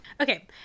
okay